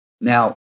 Now